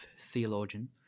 theologian